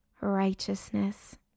righteousness